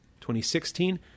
2016